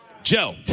Joe